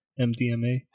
MDMA